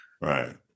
right